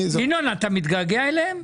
ינון, אתה מתגעגע אליהם?